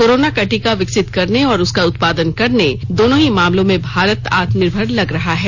corona का टीका विकसित करने और उसका उत्पादन करने दोनों ही मामलों में भारत आत्मनिर्भर लग रहा है